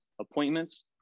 appointments